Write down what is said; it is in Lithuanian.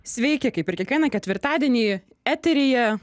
sveiki kaip ir kiekvieną ketvirtadienį eteryje